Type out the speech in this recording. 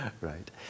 Right